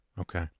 Okay